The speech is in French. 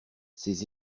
ces